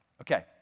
Okay